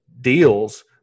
deals